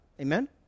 Amen